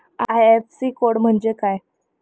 IFSC code म्हणजे काय?